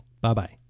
Bye-bye